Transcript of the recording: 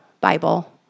Bible